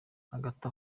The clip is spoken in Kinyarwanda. hagati